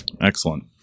Excellent